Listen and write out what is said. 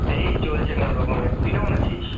এই চলছে কোনও রকমে তুই কেমন আছিস